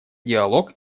диалог